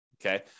okay